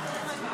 הכול.